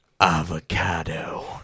Avocado